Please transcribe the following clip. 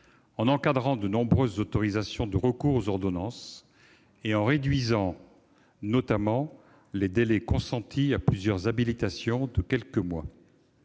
en encadrant de nombreuses autorisations de recours aux ordonnances, et en réduisant notamment les délais consentis à plusieurs habilitations de quelques mois.